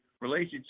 related